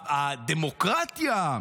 הדמוקרטיה?